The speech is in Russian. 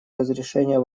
разрешения